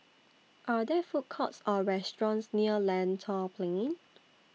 Are There Food Courts Or restaurants near Lentor Plain